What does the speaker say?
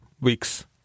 weeks